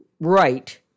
right